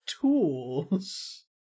tools